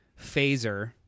phaser